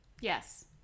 Yes